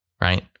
right